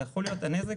זה יכול להיות נזק